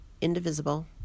indivisible